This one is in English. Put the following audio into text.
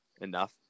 enough